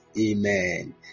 Amen